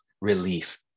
relief